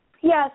Yes